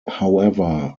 however